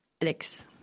Alex